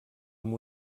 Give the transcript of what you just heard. amb